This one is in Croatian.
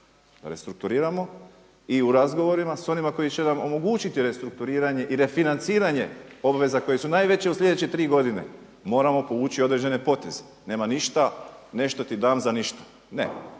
restrukturiramo i u razgovorima sa onima koji će nam omogućiti restrukturiranje i refinanciranje obveza koje su najveće u sljedeće tri godine. Moramo povući određene poteze. Nema ništa ne šteti dan za ništa, ne